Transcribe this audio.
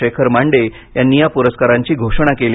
शेखर मांडे यांनी या पुरस्कारांची घोषणा केली